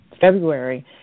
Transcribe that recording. February